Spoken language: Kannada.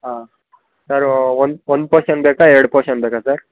ಹಾಂ ಸರೂ ಒನ್ ಒನ್ ಪೋರ್ಶನ್ ಬೇಕಾ ಎರಡು ಪೋರ್ಶನ್ ಬೇಕಾ ಸರ್